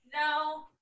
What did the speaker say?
No